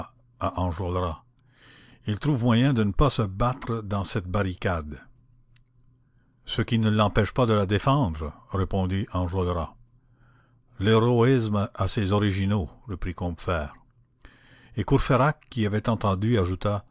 il trouve moyen de ne pas se battre dans cette barricade ce qui ne l'empêche pas de la défendre répondit enjolras l'héroïsme a ses originaux reprit combeferre et courfeyrac qui avait entendu ajouta